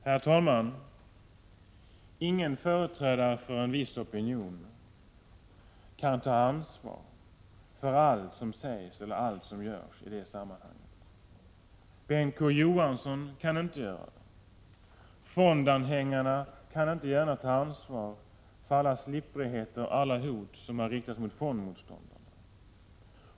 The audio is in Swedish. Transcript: Herr talman! Ingen företrädare för en viss opinion kan ta ansvar för allt som sägs eller görs i det sammanhanget. Bengt K. Å. Johansson kan inte göra det. Fondanhängarna kan inte gärna ta ansvar för alla slipprigheter och alla hot som har riktats mot fondmotståndarna.